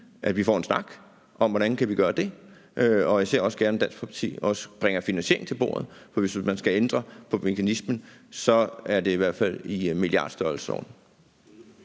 at vi får en snak om, hvordan vi kan gøre det, og jeg ser også gerne, at Dansk Folkeparti bringer finansiering til bordet. For hvis man skal ændre på mekanismen, er det i hvert fald i milliardstørrelsen.